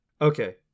Okay